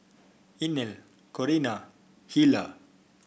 Inell Corrina Hilah